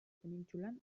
penintsulan